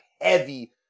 Heavy